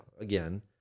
again